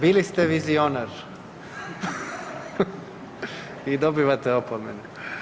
Bili ste vizionar i dobivate opomenu.